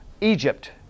Egypt